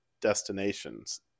destinations